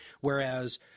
Whereas